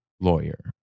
lawyer